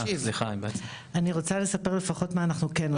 אני רוצה לספר לפחות על מה אנחנו כן עושים.